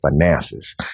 finances